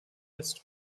missed